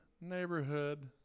neighborhood